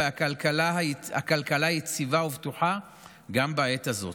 הכלכלה יציבה ובטוחה גם בעת הזאת.